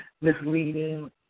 misleading